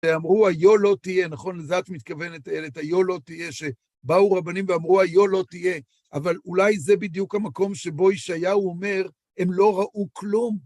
אמרו, היו לא תהיה, נכון לזה את מתכוונת איילת, היו לא תהיה, שבאו רבנים ואמרו היו לא תהיה, אבל אולי זה בדיוק המקום שבו ישעיהו אומר, הם לא ראו כלום.